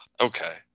Okay